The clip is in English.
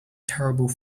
terrible